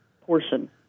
portion